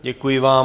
Děkuji vám.